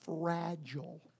fragile